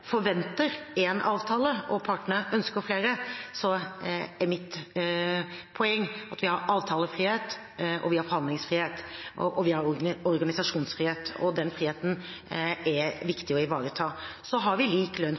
forventer én avtale og partene ønsker flere, er mitt poeng at vi har avtalefrihet, vi har forhandlingsfrihet, og vi har organisasjonsfrihet, og den friheten er viktig å ivareta. Så har vi lik lønn